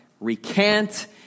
Recant